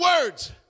words